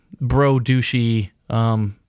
bro-douchey